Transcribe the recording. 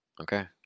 Okay